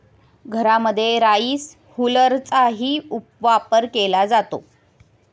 घरांमध्ये राईस हुलरचाही वापर केला जातो